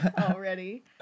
already